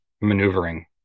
maneuvering